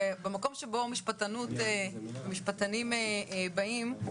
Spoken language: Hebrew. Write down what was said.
במקום שבו המשפטנים באים,